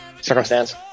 circumstance